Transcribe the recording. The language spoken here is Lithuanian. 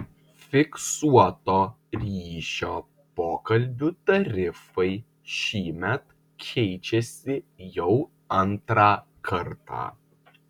fiksuoto ryšio pokalbių tarifai šįmet keičiasi jau antrą kartą